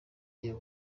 iyo